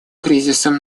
кризисом